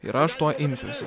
ir aš to imsiuosi